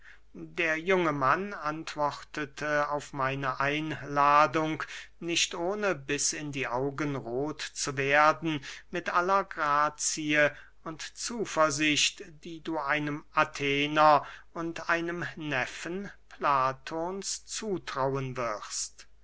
der junge mann antwortete auf meine einladung nicht ohne bis in die augen roth zu werden mit aller grazie und zuversicht die du einem athener und einem neffen platons zutrauen wirst